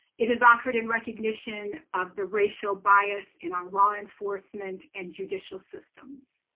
it is offered in recognition of the racial bias in our law enforcement and judicial systems.